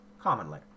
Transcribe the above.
Commonly